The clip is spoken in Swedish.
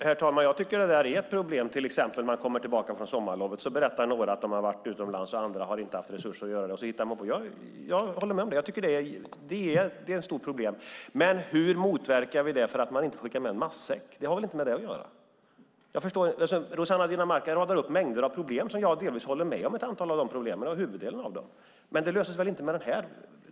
Herr talman! Det där tycker jag är ett problem. När man till exempel kommer tillbaka från sommarlovet berättar några att de har varit utomlands och andra har inte haft resurser att göra det utan hittar på. Jag håller med om att det är ett stort problem. Men hur motverkar vi det med att man inte får skicka med en matsäck? Det har väl inte med det att göra? Rossana Dinamarca radar upp mängder av problem, och jag håller med om huvuddelen av dem. Men de löses väl inte med detta?